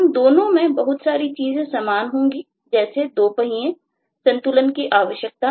उन दोनों में बहुत सारी चीजें समान होगी जैसे दो पहिए संतुलन की आवश्यकता